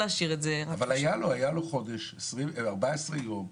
היה לו חודש ועוד 14 ימים.